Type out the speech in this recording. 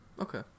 Okay